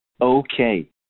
okay